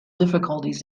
difficulties